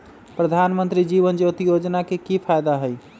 प्रधानमंत्री जीवन ज्योति योजना के की फायदा हई?